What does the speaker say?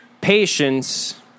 Patience